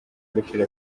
gaciro